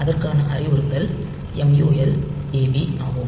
இதற்கான அறிவுறுத்தல் MUL AB ஆகும்